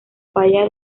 falla